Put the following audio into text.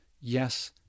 yes